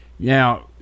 Now